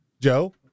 Joe